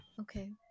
Okay